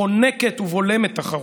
חונקת ובולמת תחרות.